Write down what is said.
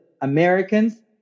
Americans